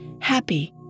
happy